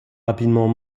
rapidement